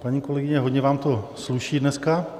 Paní kolegyně, hodně vám to sluší dneska.